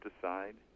decide